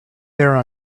there